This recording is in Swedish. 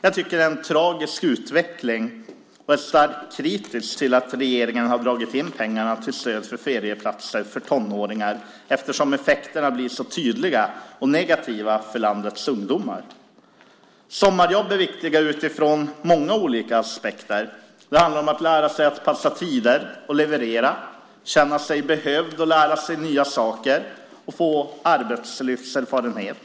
Jag tycker att det är en tragisk utveckling och är starkt kritisk till att regeringen har dragit in pengarna till stöd för ferieplatser för tonåringar, eftersom effekterna blir så tydliga och negativa för landets ungdomar. Sommarjobb är viktiga utifrån många olika aspekter. Det handlar om att lära sig att passa tider och leverera, känna sig behövd och lära sig nya saker och att få arbetslivserfarenhet.